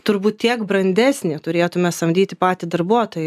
turbūt tiek brandesnį turėtume samdyti patį darbuotoją